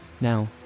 Now